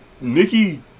Nikki